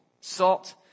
Salt